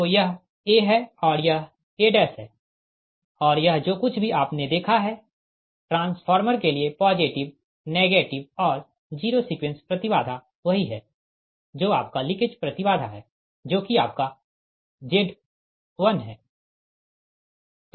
तो यह a है और यह a है और यह जो कुछ भी आपने देखा है ट्रांसफॉर्मर के लिए पॉजिटिव नेगेटिव और जीरो सीक्वेंस प्रति बाधा वही है जो आपका लीकेज प्रति बाधा है जो कि आपका Z1 है